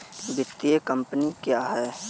वित्तीय कम्पनी क्या है?